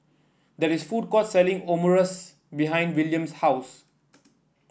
there is a food court selling Omurice behind Williams' house